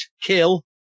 kill